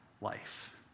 life